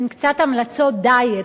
הן קצת המלצות "דיאט",